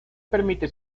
permite